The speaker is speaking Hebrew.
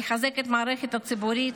לחזק את המערכת הציבורית,